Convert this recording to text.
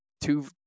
two